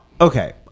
okay